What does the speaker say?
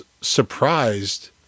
surprised